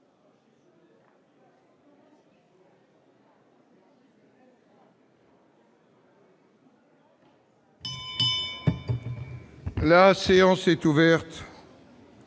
La séance est ouverte.